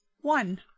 One